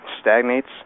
stagnates